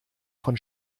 von